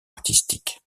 artistiques